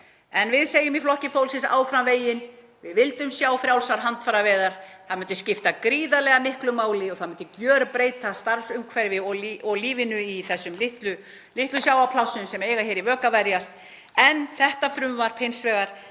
En við segjum í Flokki fólksins: Áfram veginn. Við vildum sjá frjálsar handfæraveiðar. Það myndi skipta gríðarlega miklu máli og það myndi gjörbreyta starfsumhverfi og lífinu í þessum litlu sjávarplássum sem eiga í vök að verjast. Þetta frumvarp er hins vegar